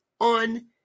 on